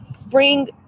bring